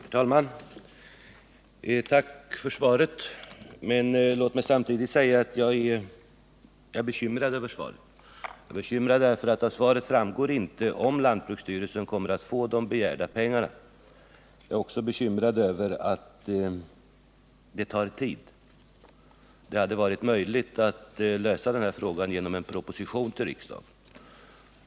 Herr talman! Tack för svaret, men låt mig samtidigt säga att jag är bekymrad. Av svaret framgår det nämligen inte om lantbruksstyrelsen kommer att få de begärda pengarna. Jag är också bekymrad över att det tar tid. Det hade varit möjligt att lösa det här problemet genom en proposition till riksdagen.